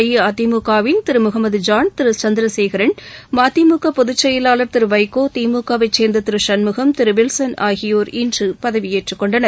அஇஅதிமுக வின் திருமுகமத் ஜான் திருசந்திரசேகரன் மதிமுகபொதுச்செயலாளர் திருவைகோ திமுக வைச் சேர்ந்ததிருசண்முகம் திருவில்சனஆகியோர் இன்றுபதவியேற்றுக் கொண்டனர்